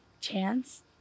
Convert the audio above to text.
Chance